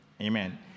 amen